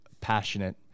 passionate